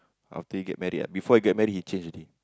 after you get married ah before you get married you change already